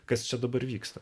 kas čia dabar vyksta